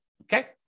okay